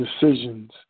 decisions